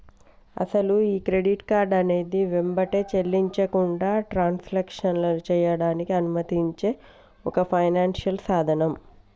అసలు ఈ credit card అనేది వెంబటే చెల్లించకుండా ట్రాన్సాక్షన్లో చేయడానికి అనుమతించే ఒక ఫైనాన్షియల్ సాధనం